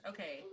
Okay